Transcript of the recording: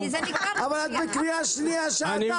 אבל את בקריאה שנייה שעתיים,